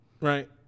Right